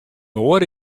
oare